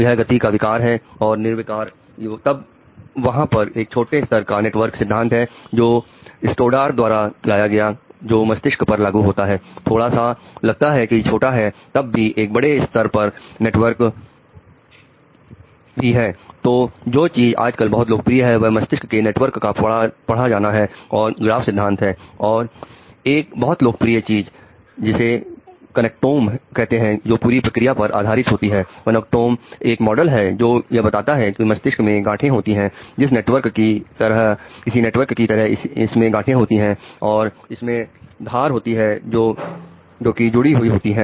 यह गति का विकार और निर्विकार तब वहां पर एक छोटे स्तर का नेटवर्क सिद्धांत है जो स्टोड डरड एक मॉडल है जो यह बताता है कि मस्तिष्क में गांठे होती हैं किसी नेटवर्क की तरह इसमें गांठे होती हैं और इसमें धार होती है जोकि जुड़ी हुई होती है